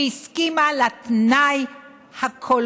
שהסכימה לתנאי הזה,